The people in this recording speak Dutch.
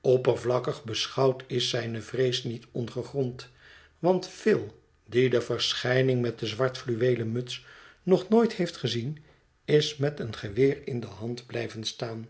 oppervlakkig beschouwd is zijne vrees niet ongegrond want phil die de verschijning met de zwart fiuweelen muts nog nooit heeft gezien is met een geweer in de hand blijven staan